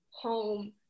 home